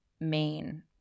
main